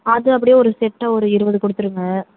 அது அப்படியே ஒரு செட்டாக ஒரு இருபது கொடுத்துருங்க